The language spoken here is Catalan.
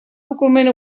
document